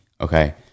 okay